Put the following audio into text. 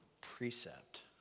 precept